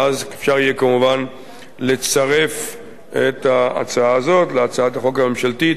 ואז אפשר יהיה כמובן לצרף את ההצעה הזאת להצעת החוק הממשלתית,